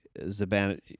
Zabana